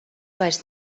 vairs